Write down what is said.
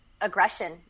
aggression